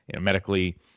medically